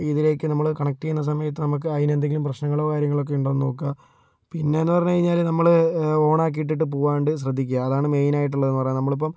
ഇതിലേക്ക് നമ്മള് കണക്ട് ചെയ്യുന്ന സമയത്ത് നമുക്ക് അതിനെന്തെങ്കിലും പ്രശ്നങ്ങളോ കാര്യങ്ങളോ ഒക്കെ ഉണ്ടോയെന്ന് നോക്കുക പിന്നെന്നു പറഞ്ഞു കഴിഞ്ഞാല് നമ്മള് ഓണാക്കിയിട്ടിട്ട് പോവാണ്ട് ശ്രദ്ധിക്കുക അതാണ് മെയിനായിട്ടുള്ളത് എന്ന് പറയാൻ നമ്മളിപ്പോൾ